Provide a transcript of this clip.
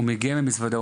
הוא מגיע עם המזוודה,